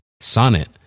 Sonnet